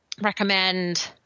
recommend –